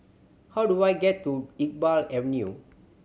how do I get to Iqbal Avenue